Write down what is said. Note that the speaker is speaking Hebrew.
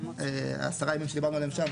10 הימים שדיברנו עליהם שם,